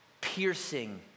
piercing